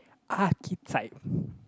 architect